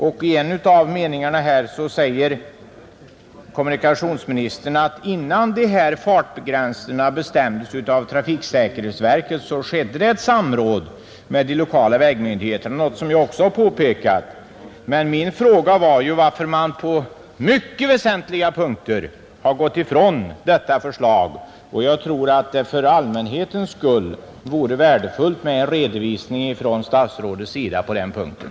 På ett ställe säger kommunikationsministern att innan trafiksäkerhetsverket bestämmer avvikelser från bashastigheten skall verket inhämta förslag från respektive vägförvaltningar, något som jag också har påpekat. Men min fråga gällde varför man på mycket väsentliga punkter hade gått ifrån den lokala vägmyndighetens förslag. Jag tror det för allmänhetens skull vore värdefullt med en redovisning från statsrådets sida på den punkten.